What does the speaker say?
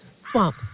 swamp